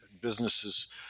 businesses